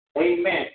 Amen